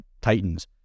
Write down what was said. titans